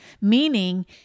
Meaning